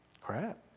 Crap